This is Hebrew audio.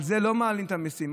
על זה לא מעלים את המיסים.